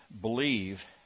believe